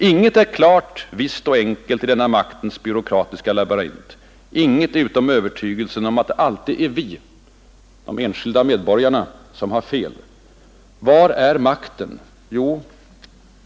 ”Inget är klart, visst och enkelt i denna maktens byråkratiska labyrint, inget utom övertygelsen om att det alltid är vi, medborgarna, som har fel. Var är makten?